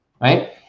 right